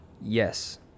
Yes